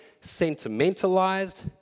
sentimentalized